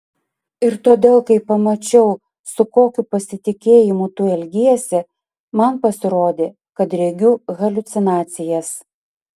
ir todėl kai pamačiau su kokiu pasitikėjimu tu elgiesi man pasirodė kad regiu haliucinacijas